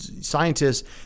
scientists